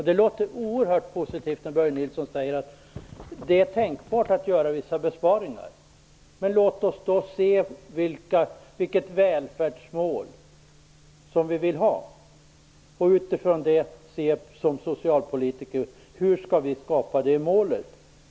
Det lät oerhört positivt när Börje Nilsson sade att det är tänkbart att göra vissa besparingar. Men låt oss då se vilket välfärdsmål vi vill ha och utifrån det som socialpolitiker se hur vi skall uppnå det målet.